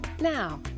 Now